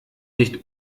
nicht